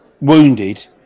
wounded